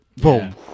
Boom